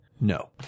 No